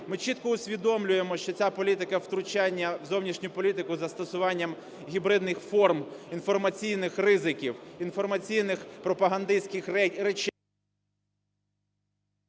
Ми чітко усвідомлюємо, що ця політика втручання в зовнішню політику із застосуванням гібридних форм інформаційних ризиків, інформаційних пропагандистських речей…